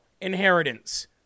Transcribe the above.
Inheritance